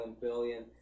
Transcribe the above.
billion